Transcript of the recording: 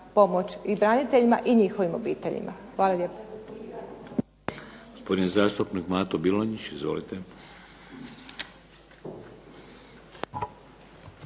i braniteljima i njihovim obiteljima. Hvala lijepa.